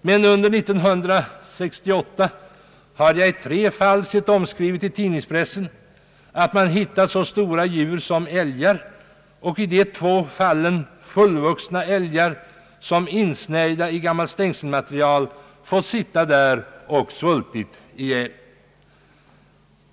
men under 1968 har jag i tre fall läst i pressen att man hittat så stora djur som älgar — i två fall fullvuxna älgar — som blivit insnärjda i gammalt stängselmaterial och fått sitta där tills de svultit ihjäl.